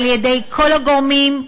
על-ידי כל הגורמים,